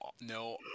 no